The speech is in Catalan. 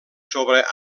sobre